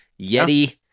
Yeti